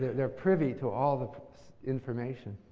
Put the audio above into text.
they're privy to all the information.